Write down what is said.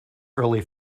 early